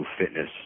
Fitness